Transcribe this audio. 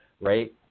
right